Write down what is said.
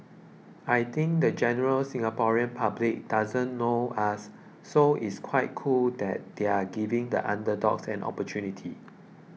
I think the general Singaporean public doesn't know us so it's quite cool that they're giving the underdogs an opportunity